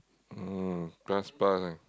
uh plus plus ah